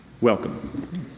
welcome